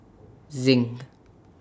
Zinc